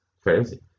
Crazy